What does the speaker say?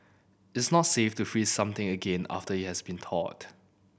its not safe to freeze something again after it has been thawed